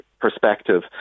perspective